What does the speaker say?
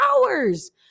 hours